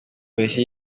polisi